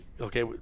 okay